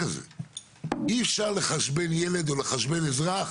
אי אפשר לחשבן ילד או לחשבן אזרח